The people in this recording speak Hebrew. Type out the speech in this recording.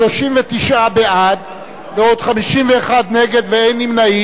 39 בעד, בעוד 51 נגד, ואין נמנעים.